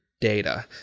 Data